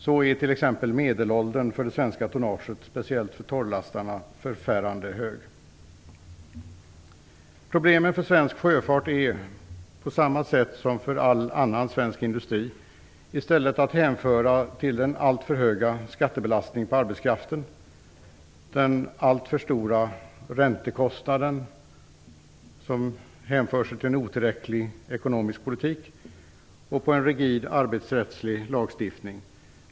Så är t.ex. medelåldern för det svenska tonnaget, speciellt för torrlastarna, förfärande hög. Problemen för svensk sjöfart är, på samma sätt som för all annan svensk industri, i stället att hänföra till en alltför hög skattebelastning av arbetskraften, alltför höga räntekostnader, som beror på en otillräcklig ekonomisk politik, och till en rigid arbetsrättslig lagstiftning.